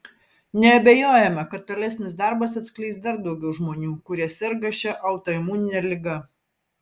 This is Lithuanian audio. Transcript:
neabejojama kad tolesnis darbas atskleis dar daugiau žmonių kurie serga šia autoimunine liga